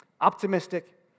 optimistic